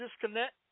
disconnect